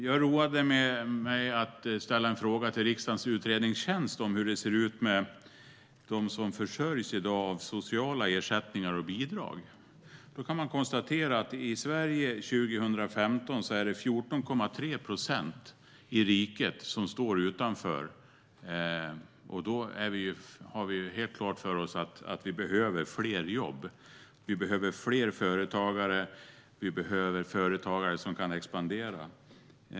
Jag roade mig med att ställa en fråga till riksdagens utredningstjänst om hur det ser ut med dem som i dag försörjs av sociala ersättningar och bidrag. Man kan konstatera att i Sverige 2015 är det 14,3 procent som står utanför. Därmed står det helt klart oss att vi behöver fler jobb. Vi behöver fler företagare, och vi behöver företag som kan expandera.